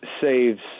saves